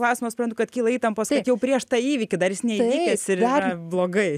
klausimo suprantu kad kyla įtampos kad jau prieš tą įvykį dar jis neįvykęs ir yra blogai